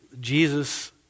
Jesus